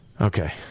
Okay